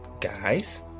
guys